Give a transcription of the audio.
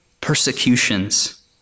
persecutions